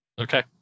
Okay